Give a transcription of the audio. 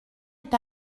est